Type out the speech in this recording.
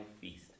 feast